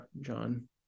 John